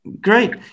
Great